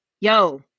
yo